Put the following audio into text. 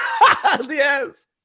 yes